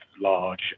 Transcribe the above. large